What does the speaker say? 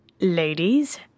Ladies